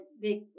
big